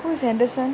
who is anderson